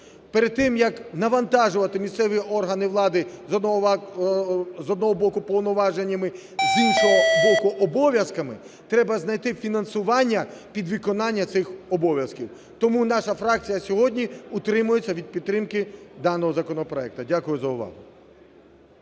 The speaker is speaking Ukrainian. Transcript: Перед тим як навантажувати місцеві органи влади, з одного боку, повноваженнями, з іншого боку, обов'язками, треба знайти фінансування під виконання цих обов'язків, тому наша фракція сьогодні утримується від підтримки даного законопроекту. Дякую за увагу.